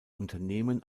unternehmen